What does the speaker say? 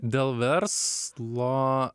dėl verslo